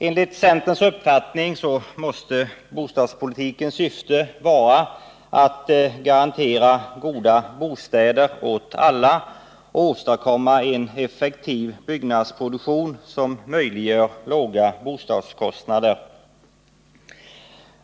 Enligt centerns uppfattning måste bostadspolitikens syfte vara att garantera goda bostäder åt alla och åstadkomma en effektiv byggnadsproduktion som möjliggör låga bostadskostnader.